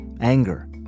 anger